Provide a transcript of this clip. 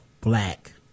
black